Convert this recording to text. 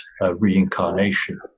reincarnation